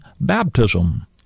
baptism